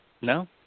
No